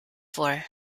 for